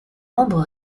membre